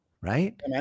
Right